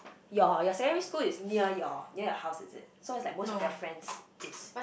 your your secondary school is near your near your house is it so it's like most of your friends is